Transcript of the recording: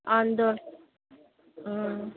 ఆందోళన